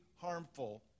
harmful